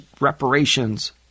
reparations